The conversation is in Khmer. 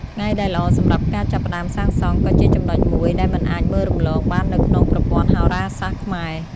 ថ្ងៃដែលល្អសម្រាប់ការចាប់ផ្តើមសាងសង់ក៏ជាចំណុចមួយដែលមិនអាចមើលរំលងបាននៅក្នុងប្រព័ន្ធហោរាសាស្ត្រខ្មែរ។